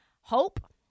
Hope